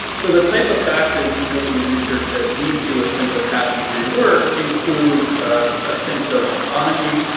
so the type of factors we know from the research that lead to a sense of passion for your work include ah a sense of autonomy,